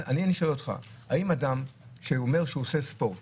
אני שואל אותך, אם אדם שאומר שהוא עושה ספורט